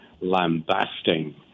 lambasting